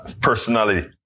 personality